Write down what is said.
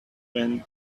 when